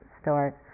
start